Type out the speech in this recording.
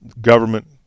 government